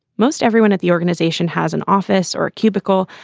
most everyone at the organization has an office or a cubicle.